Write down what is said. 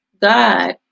God